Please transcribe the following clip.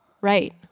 Right